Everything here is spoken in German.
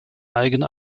eigene